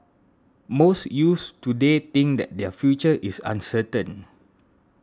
most youths today think that their future is uncertain